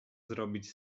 zrobić